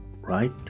right